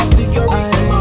Security